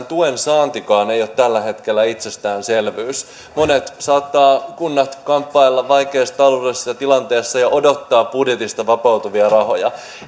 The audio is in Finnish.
tuen saantikaan itsessään ei ole tällä hetkellä itsestäänselvyys monet kunnat saattavat kamppailla vaikeassa taloudellisessa tilanteessa ja odottaa budjetista vapautuvia rahoja